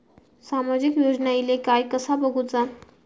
सामाजिक योजना इले काय कसा बघुचा?